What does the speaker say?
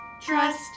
trust